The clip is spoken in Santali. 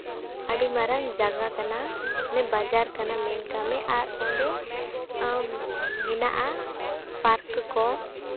ᱟᱹᱰᱤ ᱢᱟᱨᱟᱝ ᱡᱟᱭᱜᱟ ᱠᱟᱱᱟ ᱢᱟᱢᱮ ᱵᱟᱡᱟᱨ ᱠᱟᱱᱟ ᱢᱮᱱᱠᱟᱜ ᱢᱮ ᱟᱨ ᱚᱸᱰᱮ ᱢᱮᱱᱟᱜᱼᱟ ᱯᱟᱨᱠ ᱠᱚ